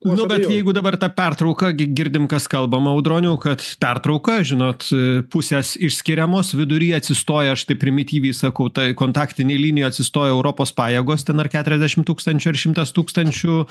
nu bet jeigu dabar ta pertrauka gi girdim kas kalbama audroniau kad pertrauka žinot pusės išskiriamos vidury atsistoja aš taip primityviai sakau tai kontaktinėj linijoj atsistoja europos pajėgos ten ar keturiasdešim tūkstančių ar šimtas tūkstančių